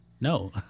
No